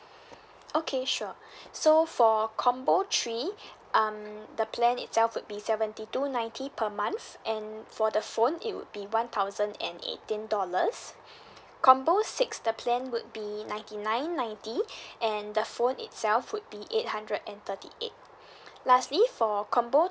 okay sure so for combo three um the plan itself would be seventy two ninety per month and for the phone it would be one thousand and eighteen dollars combo six the plan would be ninety nine ninety and the phone itself would be eight hundred and thirty eight lastly for combo